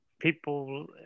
people